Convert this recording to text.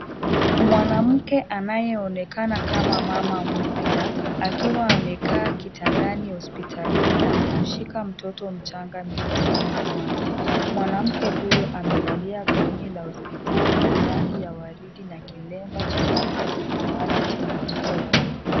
Mwanamke anayeonkana kama mama mpya akiwa amekaa kitandani hospitalini na kumshika mtoto mchanga mikononi mwnake, mwanamke huyo amevalia gauni la hospitali la rangi ya waridi na kilemba cha rangi ya samawati chenye michoro.